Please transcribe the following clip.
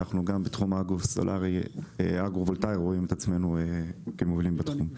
ואנחנו רואים את עצמנו כמובילים גם בתחום האגרו-וולטאי.